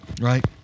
right